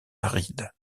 aride